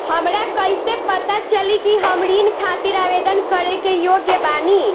हमरा कईसे पता चली कि हम ऋण खातिर आवेदन करे के योग्य बानी?